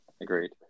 Agreed